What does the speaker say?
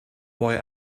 boy